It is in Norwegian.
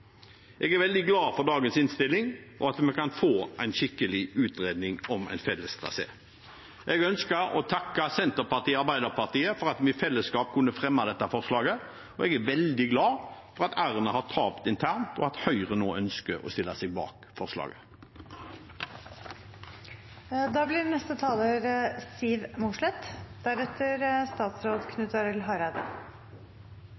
Jeg er veldig glad for dagens innstilling og for at vi kan få en skikkelig utredning om en felles trasé. Jeg ønsker å takke Senterpartiet og Arbeiderpartiet for at vi i fellesskap kunne fremme dette forslaget, og jeg er veldig glad for at Erna har tapt internt, og at Høyre nå ønsker å stille seg bak